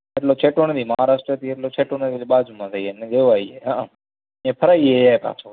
એટલો છેટો નથી મહારાષ્ટ્રથી એટલો છેટો નથી એટલે બાજુમાં થઇ જાય અને જોવાઈ જાય હા એ ફરાઇ એ જાય ત્યાં